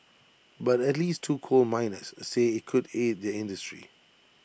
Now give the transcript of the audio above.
but at least two coal miners say IT could aid their industry